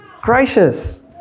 gracious